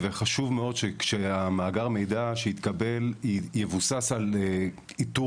זה חשוב מאוד שכשמאגר המידע שיתקבל יבוסס על איתור